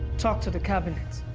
talk to the cabinet.